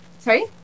sorry